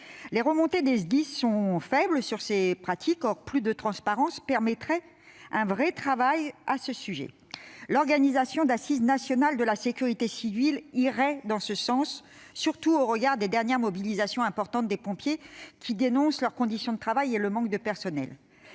Les remontées des SDIS sur ces pratiques sont faibles, alors qu'une plus grande transparence permettrait de mener un vrai travail à ce sujet. L'organisation d'assises nationales de la sécurité civile irait dans ce sens, surtout au regard des dernières mobilisations importantes des pompiers, qui dénoncent leurs conditions de travail et le manque de personnel.